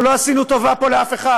אנחנו לא עשינו טובה פה לאף אחד,